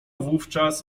wówczas